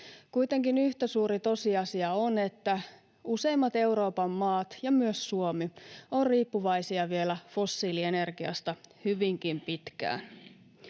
Kuitenkin yhtä suuri tosiasia on, että useimmat Euroopan maat ja myös Suomi ovat riippuvaisia fossiilienergiasta vielä hyvinkin pitkään.